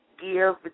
give